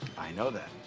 i know that.